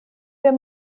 wir